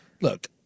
Look